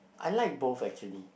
I like both actually